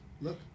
look